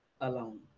alone